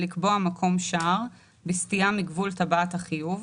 לקבוע מקום שער בסטייה מגבול טבעת החיוב,